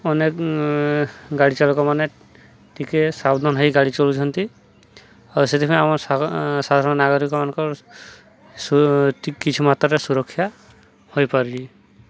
ଅନେକ ଗାଡ଼ି ଚାଳକ ମାନେ ଟିକେ ସାବଧାନ ହେଇ ଗାଡ଼ି ଚଳଉଛନ୍ତି ଆଉ ସେଥିପାଇଁ ଆମ ସାଧାରଣ ନାଗରିକମାନଙ୍କର କିଛି ମାତ୍ରାରେ ସୁରକ୍ଷା ହୋଇପାରୁଛି